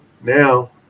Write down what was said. Now